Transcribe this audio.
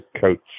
coach